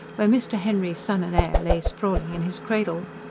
where mr. henry's son and heir lay sprawling in his cradle.